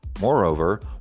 Moreover